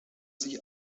sich